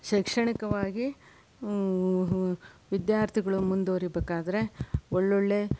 ಶೈಕ್ಷಣಿಕವಾಗಿ ವಿದ್ಯಾರ್ಥಿಗಳು ಮುಂದುವರಿಬೇಕಾದರೆ ಒಳ್ಳೊಳ್ಳೆ